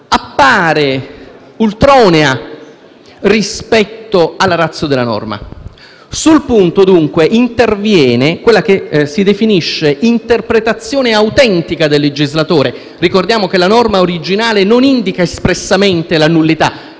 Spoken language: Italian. appare ultronea rispetto alla *ratio* della norma. Sul punto dunque interviene quella che si definisce un'interpretazione autentica del legislatore. Ricordiamo che la norma originale non indica espressamente la nullità,